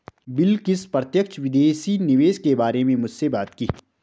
बिलकिश प्रत्यक्ष विदेशी निवेश के बारे में मुझसे बात की